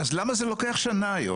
אז למה זה לוקח שנה היום?